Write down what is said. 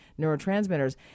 neurotransmitters